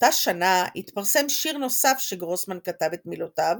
באותה שנה התפרסם שיר נוסף שגרוסמן כתב את מילותיו,